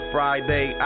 Friday